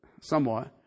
somewhat